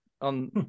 On